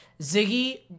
Ziggy